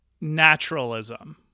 naturalism